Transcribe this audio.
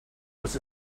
was